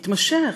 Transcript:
מתמשך,